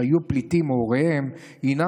שהם או הוריהם היו פליטים,